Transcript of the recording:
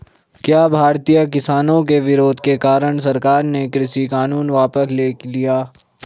क्या भारतीय किसानों के विरोध के कारण सरकार ने कृषि कानून वापस ले लिया?